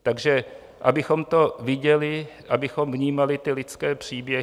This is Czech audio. Takže abychom to viděli, abychom vnímali ty lidské příběhy.